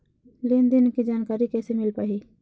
लेन देन के जानकारी कैसे मिल पाही?